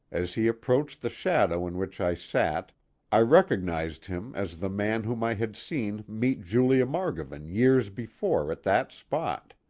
as he approached the shadow in which i sat i recognized him as the man whom i had seen meet julia margovan years before at that spot.